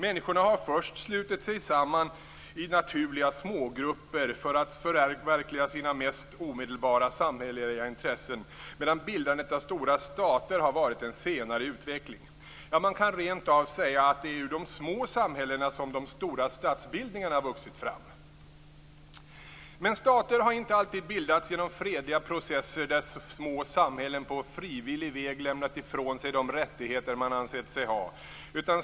Människorna har först slutit sig samman i naturliga smågrupper för att förverkliga sina mest omedelbara samhälleliga intressen, medan bildandet av stora stater har varit en senare utveckling. Man kan rentav säga att det är ur de små samhällena som de stora statsbildningarna har vuxit fram. Men stater har inte alltid bildats genom fredliga processer där små samhällen på frivillig väg lämnat ifrån sig de rättigheter som man ansett sig ha.